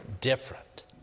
different